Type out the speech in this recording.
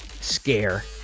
scare